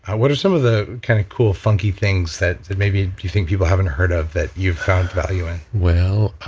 what are some of the kind of cool funky things that that maybe you think people haven't heard of that you've found value in? well,